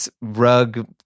rug